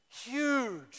huge